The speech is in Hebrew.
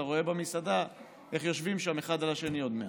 אתה רואה במסעדה איך יושבים שם אחד על השני עוד מעט,